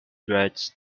dreads